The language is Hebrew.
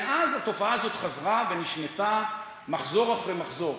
מאז התופעה הזאת חזרה ונשנתה מחזור אחרי מחזור,